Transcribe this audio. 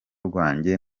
rwanjye